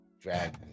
Dragon